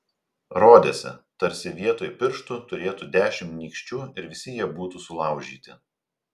rodėsi tarsi vietoj pirštų turėtų dešimt nykščių ir visi jie būtų sulaužyti